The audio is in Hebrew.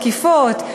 תקיפות,